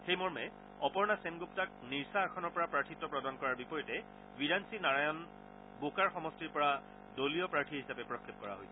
সেইমৰ্মে অপৰ্ণা সেনগুপ্তাক নিৰ্ছা আসনৰ পৰা প্ৰাৰ্থিত্ব প্ৰদান কৰাৰ বিপৰীতে বিৰাঞ্চি নাৰায়ণক বোকাৰো সমষ্টিৰ পৰা দলীয় প্ৰাৰ্থী হিচাপে প্ৰক্ষেপ কৰা হৈছে